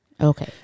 Okay